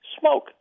smoke